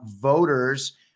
voters